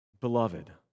beloved